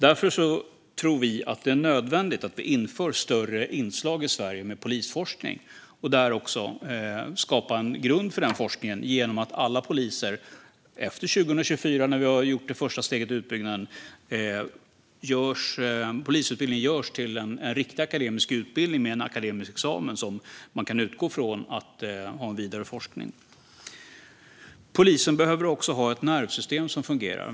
Därför tror vi att det är nödvändigt att vi inför större inslag i Sverige av polisforskning och skapar en grund för den forskningen genom att polisutbildningen efter 2024, när vi har gjort det första steget av utbyggnaden, görs till en riktig akademisk utbildning med en akademisk examen som man kan utgå från och även bedriva vidare forskning. Polisen behöver också ha ett nervsystem som fungerar.